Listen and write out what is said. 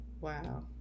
Wow